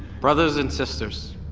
brothers and sisters,